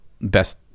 best